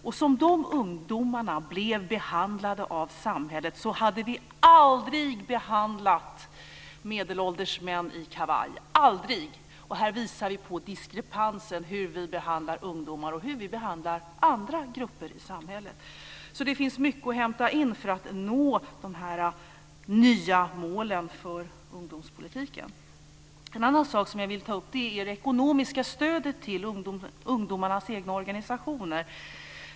Så som de ungdomarna blev behandlade av samhället hade vi aldrig behandlat medelålders män i kavaj. Här visar vi på diskrepansen mellan hur vi behandlar ungdomar och hur vi behandlar andra grupper i samhället. Det finns alltså mycket att hämta in för att man ska nå de här nya målen för ungdomspolitiken. En annan sak som jag vill ta upp är det ekonomiska stödet till ungdomarnas egna organisationer.